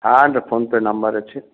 হ্যাঁ তো PhonePe number আছে